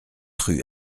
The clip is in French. rue